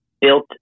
built